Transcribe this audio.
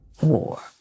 War